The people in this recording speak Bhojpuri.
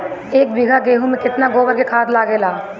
एक बीगहा गेहूं में केतना गोबर के खाद लागेला?